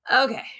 Okay